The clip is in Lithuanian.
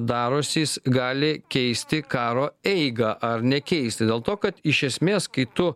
darosi jis gali keisti karo eigą ar nekeisti dėl to kad iš esmės kai tu